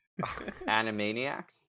Animaniacs